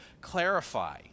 clarify